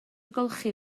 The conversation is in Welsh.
golchi